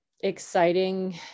exciting